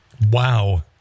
Wow